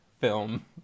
film